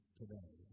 today